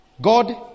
God